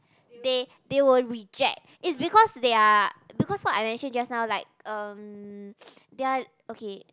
they they will reject it's because they are because what I mention just now like um they are okay